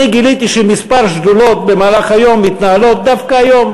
אני גיליתי שכמה שדולות מתנהלות דווקא היום,